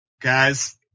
guys